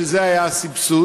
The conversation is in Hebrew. זה היה הסבסוד,